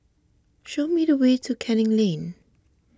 show me the way to Canning Lane